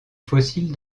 fossiles